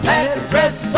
address